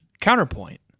counterpoint